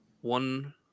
One